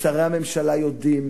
ושרי הממשלה יודעים,